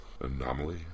Anomaly